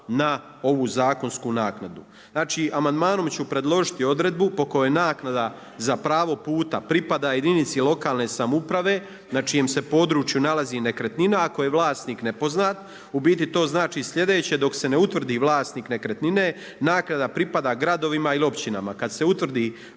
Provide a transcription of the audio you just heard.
na ovu zakonsku naknadu. Znači, amandmanom ću predložiti odredbu po kojoj naknada za pravo puta pripada jedinici lokalne samouprave na čijem se području nalazi nekretnina ako je vlasnik nepoznat. U biti to znači sljedeće. Dok se ne utvrdi vlasnik nekretnine naknada pripada gradovima ili općinama. Kad se utvrdi